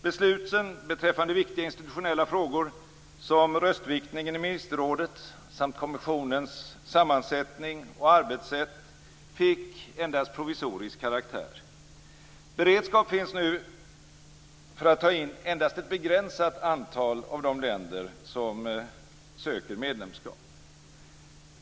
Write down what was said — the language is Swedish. Besluten beträffande viktiga institutionella frågor som röstviktningen i ministerrådet samt kommissionens sammansättning och arbetssätt fick endast provisorisk karaktär. Beredskap finns nu för att ta in endast ett begränsat antal av de länder som söker medlemskap.